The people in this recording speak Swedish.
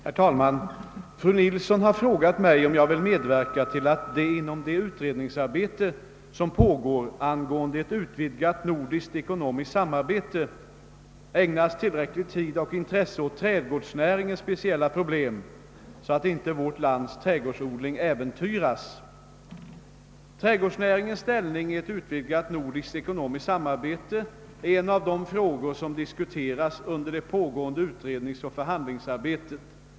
Herr talman! Fru Nilsson har frågat mig om jag vill medverka till att det inom det utredningsarbete, som pågår angående ett utvidgat nordiskt ekonomiskt samarbete, ägnas tillräcklig tid och intresse åt trädgårdsnäringens speciella problem, så att inte vårt lands trädgårdsodling äventyras. || Trädgårdsnäringens ställning i ett utvidgat nordiskt ekonomiskt samarbete är en av de frågor som diskuteras under det pågående utredningsoch förhandlingsarbetet.